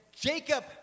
Jacob